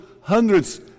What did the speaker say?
hundreds